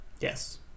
Yes